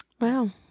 Wow